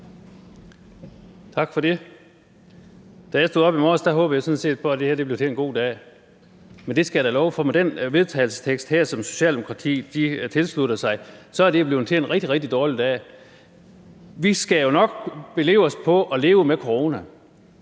Tak for det. Da jeg stod op i morges, håbede jeg sådan set på, at det her blev til en god dag. Men jeg skal da love for, at det med det her forslag til vedtagelse, som Socialdemokratiet tilslutter sig, så er blevet til en rigtig, rigtig dårlig dag. Vi skal jo nok belave os på at leve med coronaen